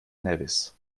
nevis